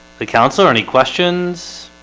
the council or any questions